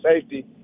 safety